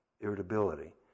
irritability